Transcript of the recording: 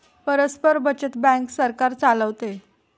परस्पर बचत बँक सरकार चालवते